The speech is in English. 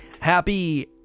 happy